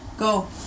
go